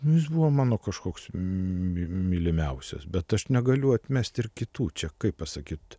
jis buvo mano kažkoks mylimiausias bet aš negaliu atmesti ir kitų čia kaip pasakyt